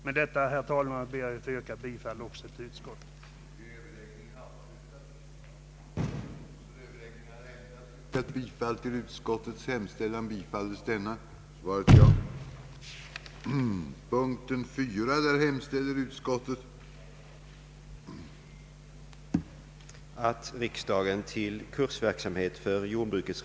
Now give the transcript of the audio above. Med detta, herr talman, ber jag att få yrka bifall till utskottets förslag.